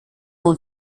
non